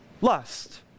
lust